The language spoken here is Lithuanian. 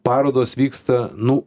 parodos vyksta nu